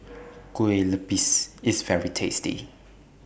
Kue Lupis IS very tasty